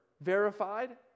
verified